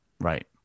Right